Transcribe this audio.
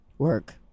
work